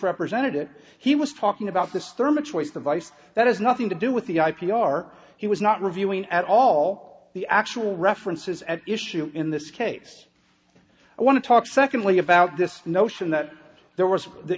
represented it he was talking about this therma choice device that has nothing to do with the i p r he was not reviewing at all the actual references at issue in this case i want to talk secondly about this notion that there was the